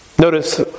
Notice